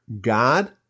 God